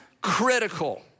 critical